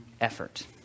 effort